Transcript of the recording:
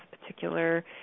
particular